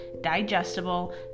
digestible